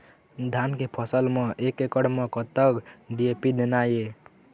धान के फसल म एक एकड़ म कतक डी.ए.पी देना ये?